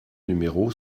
numéro